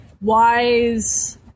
wise